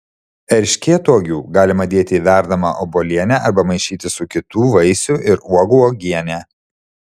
erškėtuogių galima dėti į verdamą obuolienę arba maišyti su kitų vaisių ir uogų uogiene